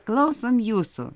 klausom jūsų